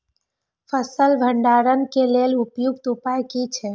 फसल भंडारण के लेल उपयुक्त उपाय कि छै?